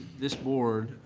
this board,